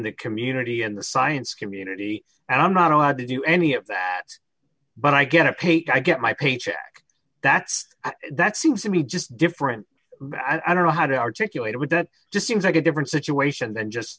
the community and the science community and i'm not allowed to do any of that but i get a paycheck i get my paycheck that's that seems to me just different i don't know how to articulate it with that distance like a different situation than just